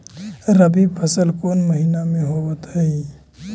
रबी फसल कोन महिना में होब हई?